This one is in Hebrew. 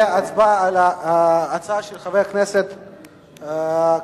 להצבעה על ההצעה של חבר הכנסת כבל.